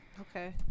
Okay